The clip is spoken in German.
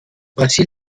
brasilien